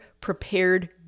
prepared